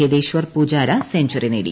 Cheteshwar Pujara century നേടി